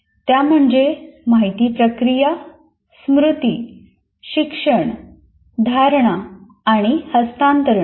त्या म्हणजे माहिती प्रक्रिया स्मृती शिक्षण धारणा आणि हस्तांतरण